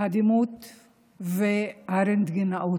הדימות והרנטגנאות.